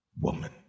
woman